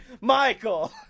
michael